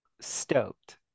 stoked